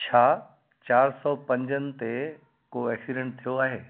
छा चार सौ पंजनि ते को एक्सीडेंट थियो आहे